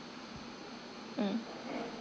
mm